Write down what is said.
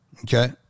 okay